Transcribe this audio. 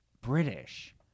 British